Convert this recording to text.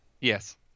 Yes